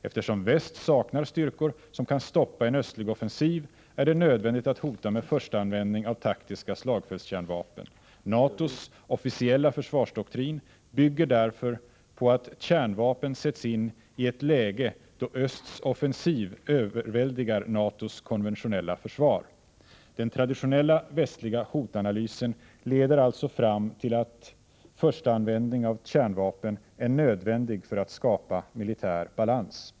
Eftersom väst saknar styrkor som kan stoppa en östlig offensiv, är det nödvändigt att hota med förstaanvändning av taktiska slagfältskärnvapen. NATO:s officiella försvarsdoktrin bygger därför på att kärnvapen sätts in i ett läge då östs offensiv överväldigar NATO:s konventionella försvar. Den traditionella västliga hotanalysen leder alltså fram till att förstaanvändning av kärnvapen är nödvändig för att skapa militär balans.